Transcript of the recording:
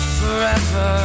forever